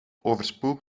overspoeld